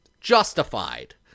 justified